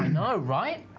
know, right!